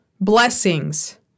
blessings